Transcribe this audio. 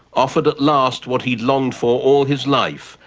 offered at last what he'd longed for all his life,